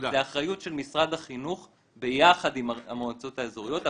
זו אחריות של משרד החינוך ביחד עם המועצות האזוריות,